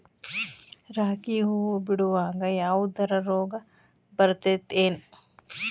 ರಾಗಿ ಹೂವು ಬಿಡುವಾಗ ಯಾವದರ ರೋಗ ಬರತೇತಿ ಏನ್?